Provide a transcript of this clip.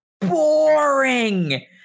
boring